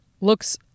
looks